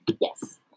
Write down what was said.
Yes